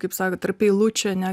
kaip sako tarp eilučių ane